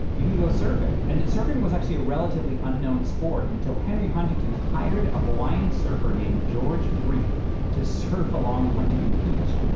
you can go surfing! and surfing was actually a relatively unknown sport until henry huntington hired a hawaiian surfer named george freet to surf along huntington beach,